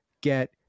get